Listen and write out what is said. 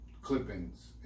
Clippings